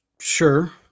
sure